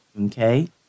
Okay